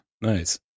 Nice